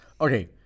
Okay